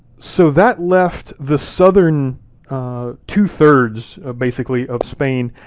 so that left the southern two-thirds, basically of spain,